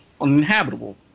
Uninhabitable